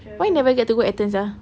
why you never get to go athens ah